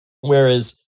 Whereas